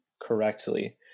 correctly